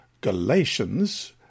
Galatians